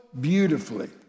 beautifully